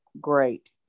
great